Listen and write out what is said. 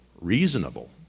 reasonable